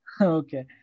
Okay